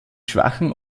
schwachen